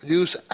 use